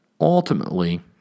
ultimately